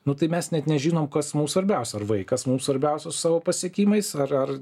nu tai mes net nežinom kas mums svarbiausia ar vaikas mums svarbiausia su savo pasiekimais ar ar